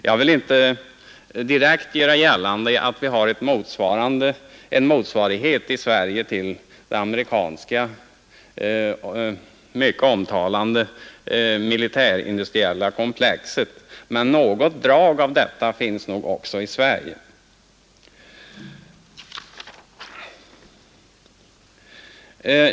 Jag vill inte direkt göra gällande att vi har en motsvarighet i Sverige till det amerikanska mycket omtalade militärindustriella komplexet, men något drag av detta finns nog också i Sverige.